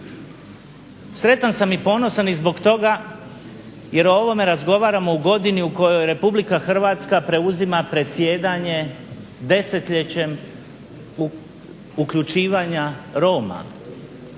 Sretan sam i ponosan i zbog toga jer o ovome razgovaramo u godini u kojoj Republika Hrvatska preuzima predsjedanje desetljećem uključivanja Roma,